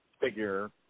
figure